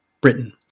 Britain